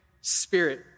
spirit